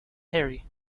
harry